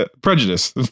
Prejudice